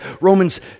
Romans